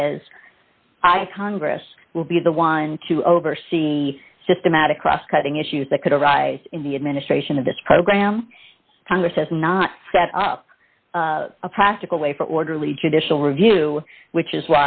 is i congress will be the one to oversee the systematic cross cutting issues that could arise in the administration of this program congress has not set up a practical way for orderly judicial review which is